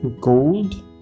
Gold